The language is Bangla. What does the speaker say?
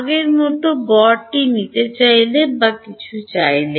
আগের মতো গড়টি নিতে চাইলে কিছুটা চাইলে